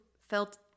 felt